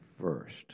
first